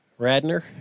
Radner